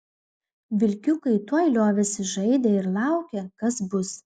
vilkiukai tuoj liovėsi žaidę ir laukė kas bus